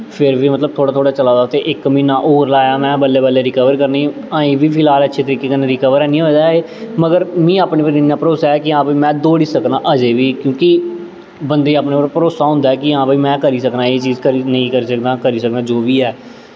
फिर बी मतलब सवेरे में थोह्ड़ा थोह्ड़ा चला दा हा ते इक म्हीना होर लाया में बल्लें बल्लें रिकवर करने गी अजें बी फिलहाल अच्छे तरीके कन्नै रिकवर हैनी होए दा ऐ मगर मीं अपने पर इन्ना भरोसा ऐ कि हां भाई में दौड़ी सकनां अजें बी क्योंकि बंदे गी अपने उप्पर भरोसा होंदा ऐ कि हां भाई में करी सकनां एह् चीज़ नेईं करी सकनां करी सकनां जो बी ऐ